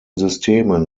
systemen